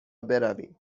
برویم